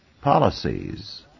policies